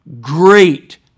great